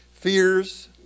Fears